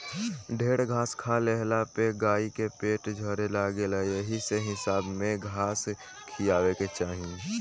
ढेर घास खा लेहला पे गाई के पेट झरे लागेला एही से हिसाबे में घास खियावे के चाही